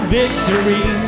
victory